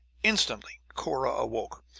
instantly cunora awoke.